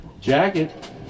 Jacket